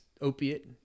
opiate